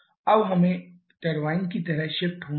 अब हमें टरबाइन की तरफ शिफ्ट होना है